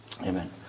Amen